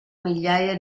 migliaia